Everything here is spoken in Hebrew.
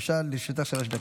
בבקשה, לרשותך שלוש דקות.